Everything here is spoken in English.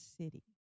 city